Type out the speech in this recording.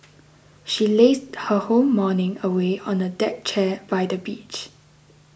she lazed her whole morning away on a deck chair by the beach